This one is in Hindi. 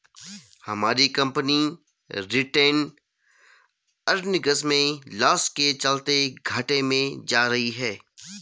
हमारी कंपनी रिटेंड अर्निंग्स में लॉस के चलते घाटे में जा रही है